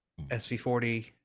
sv40